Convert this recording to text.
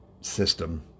system